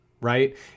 right